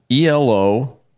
ELO